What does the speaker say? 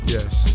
Yes